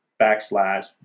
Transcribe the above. backslash